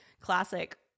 classic